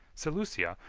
seleucia,